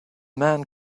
men